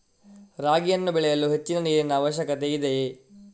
ರಾಗಿಯನ್ನು ಬೆಳೆಯಲು ಹೆಚ್ಚಿನ ನೀರಿನ ಅವಶ್ಯಕತೆ ಇದೆಯೇ?